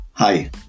Hi